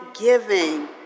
giving